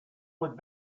would